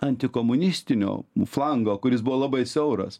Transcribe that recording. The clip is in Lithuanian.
antikomunistinio flango kuris buvo labai siauras